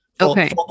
Okay